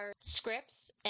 scripts